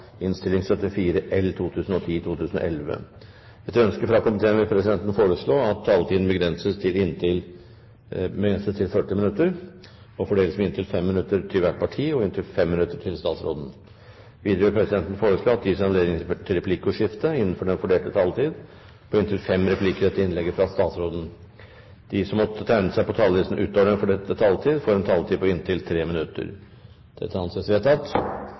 fordeles med inntil 5 minutter til hvert parti og inntil 5 minutter til statsråden. Videre vil presidenten foreslå at det gis anledning til replikkordskifte på inntil fem replikker med svar etter innlegget fra statsråden innenfor den fordelte taletid. Videre blir det foreslått at de som måtte tegne seg på talerlisten utover den fordelte taletid, får en taletid på inntil 3 minutter. – Det anses vedtatt.